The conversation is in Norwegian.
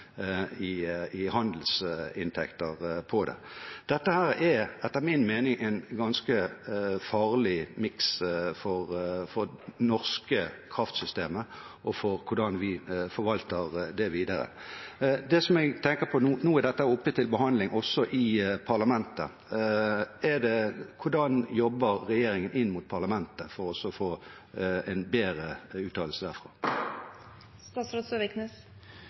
Dette er etter min mening en ganske farlig miks for det norske kraftsystemet og for hvordan vi forvalter det videre. Det som jeg tenker på, nå som dette er oppe til behandling også i parlamentet, er: Hvordan jobber regjeringen inn mot parlamentet for å få en bedre uttalelse